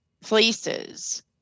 places